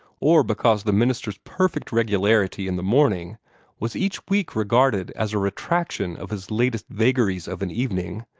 or because the minister's perfect regularity in the morning was each week regarded as a retraction of his latest vagaries of an evening,